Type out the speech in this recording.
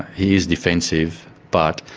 he is defensive, but